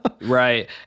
Right